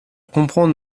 comprendre